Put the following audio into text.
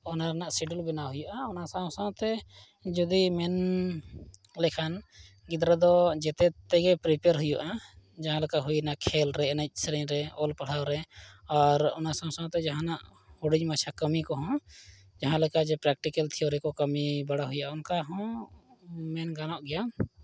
ᱚᱱᱟ ᱨᱮᱱᱟᱜ ᱥᱤᱰᱩᱞ ᱵᱮᱱᱟᱣ ᱦᱩᱭᱩᱜᱼᱟ ᱚᱱᱟ ᱥᱟᱶ ᱥᱟᱶᱛᱮ ᱡᱩᱫᱤ ᱢᱮᱱ ᱞᱮᱠᱷᱟᱱ ᱜᱤᱫᱽᱨᱟᱹ ᱫᱚ ᱡᱚᱛᱚ ᱛᱮᱜᱮ ᱯᱨᱤᱯᱮᱭᱟᱨᱮ ᱦᱩᱭᱩᱜᱼᱟ ᱡᱟᱦᱟᱸ ᱞᱮᱠᱟ ᱦᱩᱭᱱᱟ ᱠᱷᱮᱞ ᱨᱮ ᱮᱱᱮᱡᱼᱥᱮᱨᱮᱧ ᱨᱮ ᱚᱞ ᱯᱟᱲᱦᱟᱣ ᱨᱮ ᱟᱨ ᱚᱱᱟ ᱥᱟᱶ ᱥᱟᱶᱛᱮ ᱡᱟᱦᱟᱱᱟᱜ ᱦᱩᱰᱤᱧ ᱢᱟᱪᱷᱟ ᱠᱟᱹᱢᱤ ᱠᱚᱦᱚᱸ ᱡᱟᱦᱟᱱ ᱞᱮᱠᱟ ᱡᱮ ᱯᱨᱮᱠᱴᱤᱠᱮᱞ ᱛᱷᱤᱭᱳᱨᱤ ᱠᱚ ᱠᱟᱹᱢᱤ ᱵᱟᱲᱟ ᱦᱩᱭᱩᱜᱼᱟ ᱚᱱᱠᱟ ᱦᱚᱸ ᱢᱮᱱ ᱜᱟᱱᱚᱜ ᱜᱮᱭᱟ